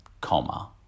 comma